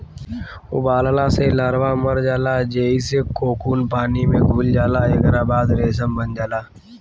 उबालला से लार्वा मर जाला जेइसे कोकून पानी में घुल जाला एकरा बाद रेशम बन जाला